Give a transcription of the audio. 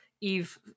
Eve